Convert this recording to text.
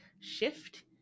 shift